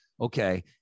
okay